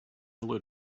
hello